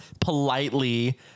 politely